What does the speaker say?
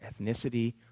ethnicity